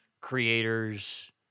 creators